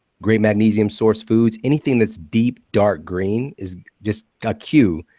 great magnesium sourced foods. anything that's deep dark green is just a cue